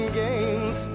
games